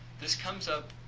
this comes up.